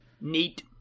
neat